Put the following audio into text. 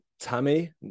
Tammy